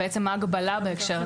מה ההגבלה בהקשר הזה?